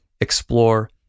explore